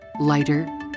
Lighter